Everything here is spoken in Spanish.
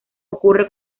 ocurre